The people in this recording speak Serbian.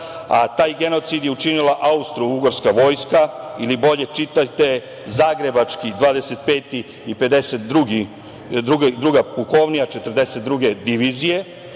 a taj genocid je učinila austrougarska vojska ili bolje čitajte „Zagrebačka 25. i 52. pukovnija 42. divizije“.